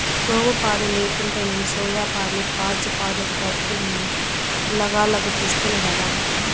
గోవుపాలు లేకుంటేనేం సోయాపాలు కాజూపాలు పట్టమ్మి పిలగాల్లకు తెస్తినిగదా